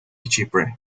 chipre